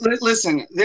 Listen